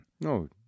No